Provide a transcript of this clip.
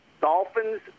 Dolphins